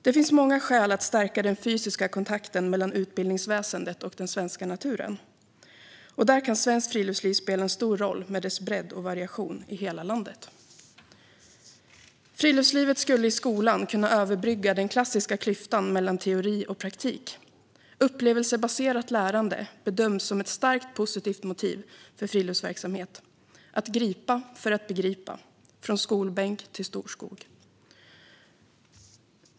Det finns många skäl att stärka den fysiska kontakten mellan utbildningsväsendet och den svenska naturen, och där kan svenskt friluftsliv spela en stor roll med dess bredd och variation i hela landet. Friluftslivet skulle i skolan kunna överbrygga den klassiska klyftan mellan teori och praktik. Upplevelsebaserat lärande bedöms som ett starkt positivt motiv för friluftsverksamhet: att gripa för att begripa, från skolbänk till storskog.